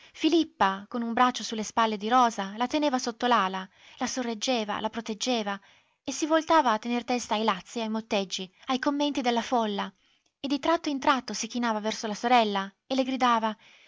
filippa con un braccio su le spalle di rosa la teneva come sotto l'ala la sorreggeva la proteggeva e si voltava a tener testa ai lazzi ai motteggi ai commenti della folla e di tratto in tratto si chinava verso la sorella e le gridava